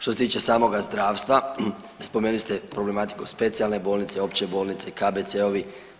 Što se tiče samoga zdravstva spomenuli ste problematiku specijalne bolnice, opće bolnice, KBC-ovi.